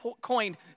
coined